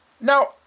Now